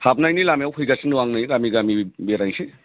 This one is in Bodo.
हाबनायनि लामायाव फैगासिनो दं आं नै गामि गामि बेरायसै